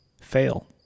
fail